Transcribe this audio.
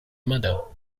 mother